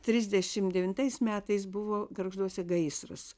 trisdešim devintais metais buvo gargžduose gaisras